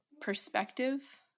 perspective